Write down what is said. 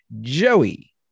Joey